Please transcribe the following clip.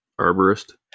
Arborist